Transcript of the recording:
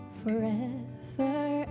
forever